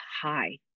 high